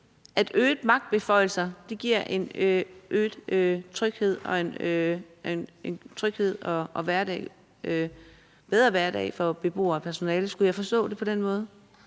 at øgede magtbeføjelser giver en øget tryghed og en bedre hverdag for beboere og personale? Skulle jeg forstå det på den måde?